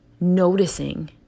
noticing